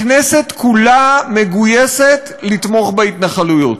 הכנסת כולה מגויסת לתמוך בהתנחלויות.